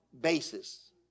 basis